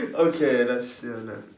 okay let's see let